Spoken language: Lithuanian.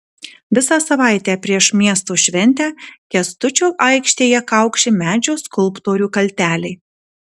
visą savaitę prieš miesto šventę kęstučio aikštėje kaukši medžio skulptorių kalteliai